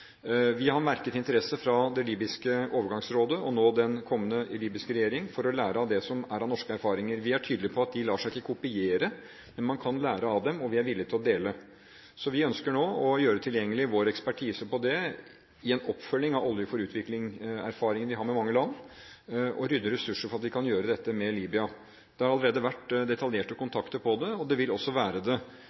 Vi har merket interesse fra det libyske overgangsrådet og nå den kommende libyske regjering for å lære av det som er av norske erfaringer. Vi er tydelige på at de ikke lar seg kopiere, men man kan lære av dem, og vi er villig til å dele. Vi ønsker nå å gjøre tilgjengelig vår ekspertise på dette området i en oppfølging av Olje for utvikling-erfaringene vi har med mange land, og rydder ressurser for at vi kan gjøre dette med Libya. Det har allerede vært detaljerte kontakter om det, og det vil også være det